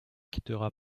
quittera